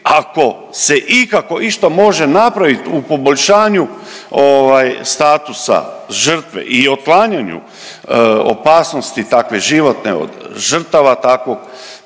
ako se ikako išta može napraviti u poboljšanju ovaj statusa žrtve i otklanjanju opasnosti takve životne, žrtava takvog,